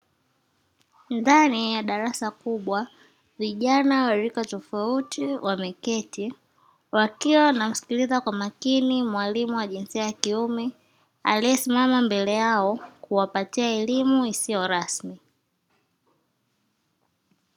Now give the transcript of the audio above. Ndani ya darasa kubwa, vijana wa rika tofauti wameketi, wakiwa wanamsikiliza kwa umakini mwalimu wa jinsia ya kiume aliyesimama mbele yao kuwapatia elimu isiyo rasmi.